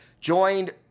joined